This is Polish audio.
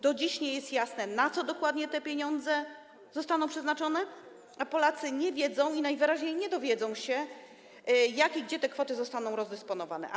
Do dziś nie jest jasne, na co dokładnie te pieniądze zostaną przeznaczone, a Polacy nie wiedzą i najwyraźniej nie dowiedzą się, jak i gdzie ta kwota zostanie rozdysponowana.